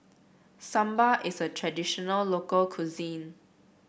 Sambar is a traditional local cuisine